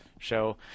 show